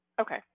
Okay